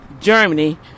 Germany